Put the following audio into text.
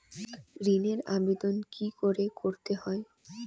ঋণের আবেদন কি করে করতে হয়?